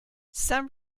some